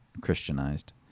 Christianized